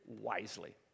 wisely